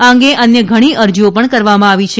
આ અંગે અન્ય ઘણી અરજીઓ પણ કરવામાં આવી છે